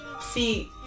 See